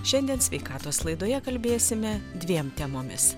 šiandien sveikatos laidoje kalbėsime dviem temomis